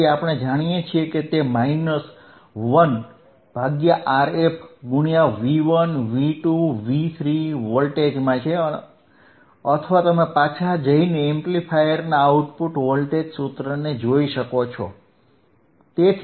તેથી આપણે જાણીએ છીએ કે તે માઇનસ 1 ભાગ્યા Rf ગુણ્યા V1 V2 V3 વોલ્ટેજમાં છે અથવા તમે પાછા જઈને એમ્પ્લીફાયરના આઉટપુટ વોલ્ટેજ સૂત્રને જોઈ શકો છો